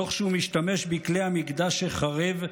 תוך שהוא משתמש בכלי המקדש שחירב,